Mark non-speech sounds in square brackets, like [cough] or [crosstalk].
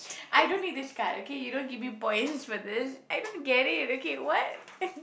I don't need this card okay you don't give me points for this I don't get it okay what [laughs]